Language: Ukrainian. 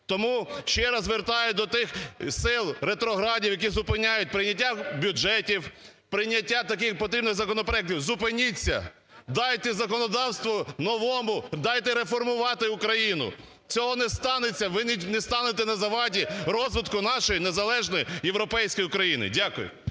Тому ще раз звертаюсь до тих сил ретроградів, які зупиняють прийняття бюджетів, прийняття таких потрібних законопроектів: зупиніться, дайте законодавству новому, дайте реформувати Україну. Цього не станеться, ви не станете на заваді розвитку нашої незалежної європейської України. Дякую.